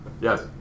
Yes